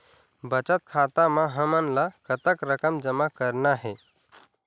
बचत खाता म हमन ला कतक रकम जमा करना हे?